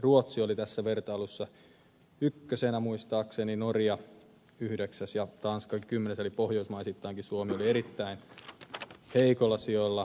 ruotsi oli tässä vertailussa ykkösenä muistaakseni norja yhdeksäs ja tanska kymmenes eli pohjoismaisittainkin suomi oli erittäin heikoilla sijoilla